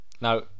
Now